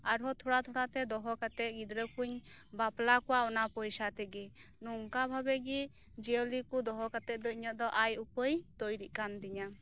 ᱟᱨ ᱦᱚᱸ ᱛᱷᱚᱲᱟ ᱛᱷᱚᱲᱟ ᱛᱮ ᱫᱚᱦᱚ ᱠᱟᱛᱮᱫ ᱜᱤᱫᱽᱨᱟᱹ ᱠᱚᱧ ᱵᱟᱯᱞᱟ ᱠᱚᱣᱟ ᱚᱱᱟ ᱯᱚᱭᱥᱟ ᱛᱮᱜᱮ ᱱᱚᱝᱠᱟ ᱵᱷᱟᱵᱮ ᱜᱮ ᱡᱤᱭᱟᱹᱞᱤ ᱠᱚ ᱫᱚᱦᱚ ᱠᱟᱛᱮᱫ ᱫᱚ ᱤᱧᱟᱹᱜ ᱫᱚ ᱟᱭ ᱩᱯᱟᱹᱭ ᱛᱚᱭᱨᱤᱜ ᱠᱟᱱ ᱛᱤᱧᱟ